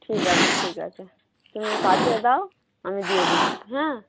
ঠিক আছে ঠিক আছে তুমি পাঠিয়ে দাও আমি দিয়ে দিচ্ছি হ্যাঁ